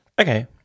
Okay